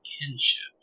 kinship